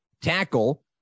tackle